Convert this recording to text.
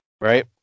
Right